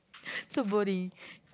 so boring